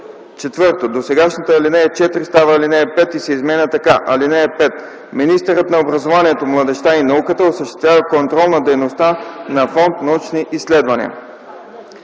ал. 4. 4. Досегашната ал. 4 става ал. 5 и се изменя така: „(5) Министърът на образованието, младежта и науката осъществява контрол на дейността на Фонд „Научни изследвания”.”